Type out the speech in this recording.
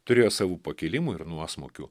turėjo savų pakilimų ir nuosmukių